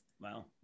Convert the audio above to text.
Wow